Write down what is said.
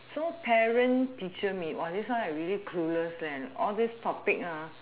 so parent teachers meet this one I really clueless leh all these topics ah